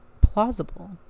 plausible